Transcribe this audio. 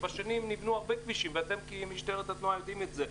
נבנו הרבה כבישים ואתם כמשטרת התנועה יודעים את זה,